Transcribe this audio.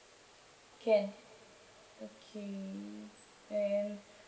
can okay then